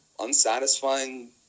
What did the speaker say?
unsatisfying